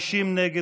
50 נגד.